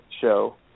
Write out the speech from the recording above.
show